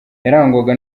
yarangwaga